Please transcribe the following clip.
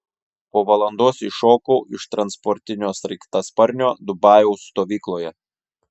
po valandos iššokau iš transportinio sraigtasparnio dubajaus stovykloje